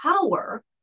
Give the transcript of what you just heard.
power